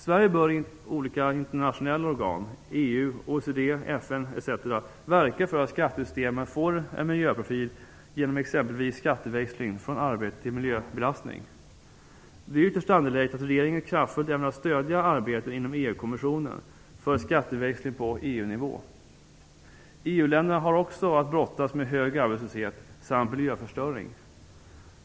Sverige bör i olika internationella organ - EU, OECD, FN, etc. - verka för att skattesystemen får en miljöprofil genom exempelvis skatteväxling från arbete till miljöbelastning. Det är ytterst angeläget att regeringen kraftfullt ämnar stödja arbetet inom EU-kommissionen för skatteväxling på EU-nivå. EU-länderna har också att brottas med hög arbetslöshet samt miljöförstöring.